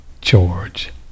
George